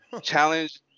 Challenge